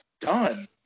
done